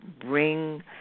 bring